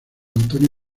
antonio